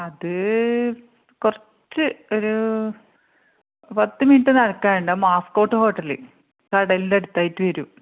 അത് കുറച്ച് ഒരു പത്ത് മിനിറ്റ് നടക്കാനുണ്ട് മാസ്കോട്ട് ഹോട്ടല് കടലിൻ്റടുത്തായിട്ട് അടുത്തായിട്ട് വരും